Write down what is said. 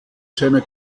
seiner